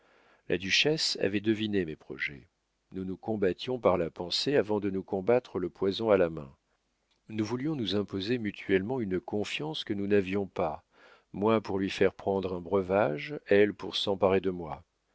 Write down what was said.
la duchesse avait deviné mes projets nous nous combattions par la pensée avant de nous combattre le poison à la main nous voulions nous imposer mutuellement une confiance que nous n'avions pas moi pour lui faire prendre un breuvage elle pour s'emparer de moi